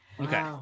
Okay